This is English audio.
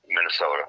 Minnesota